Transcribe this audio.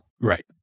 Right